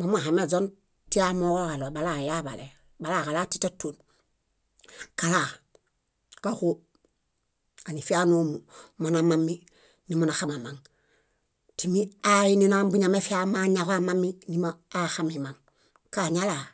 Momuhameźon tiamooġoġaɭo balayaḃale, balaġalaa títaton, kala, káġo anifia ánoomu monamami nimonaxamamaŋ timi aainino ambuñamefia maañaġo amami nimo aaxamimaŋ. Kañalaa,